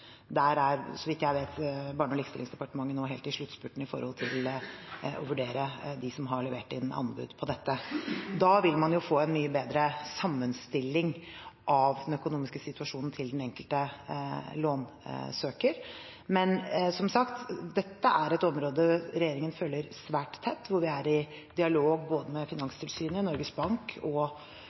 Så vidt jeg vet, er nå Barne- og likestillingsdepartementet helt i sluttspurten med å vurdere dem som har levert inn anbud på dette. Da vil man få en mye bedre sammenstilling av den økonomiske situasjonen til den enkelte lånsøker. Men som sagt er dette et område regjeringen følger svært tett, hvor vi er i dialog med både Finanstilsynet, Norges Bank og